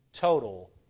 total